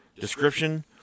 description